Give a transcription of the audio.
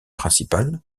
principales